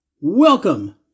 Welcome